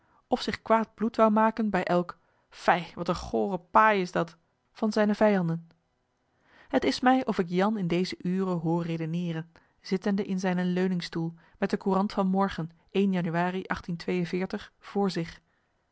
of zich kwaad bloed wou maken bij elk fij wat een goore paai is dat van zijne vijanden het is mij of ik jan in deze ure hoor redeneren zittende in zijnen leuningstoel met de courant van morgen één januari voor zich